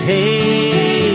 Hey